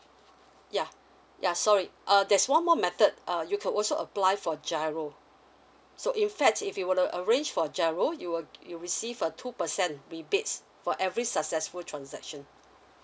ya ya sorry uh there's one more method uh you could also apply for G_I_R_O so in fact if you will to arrange for G_I_R_O you will you receive a two percent rebates for every successful transaction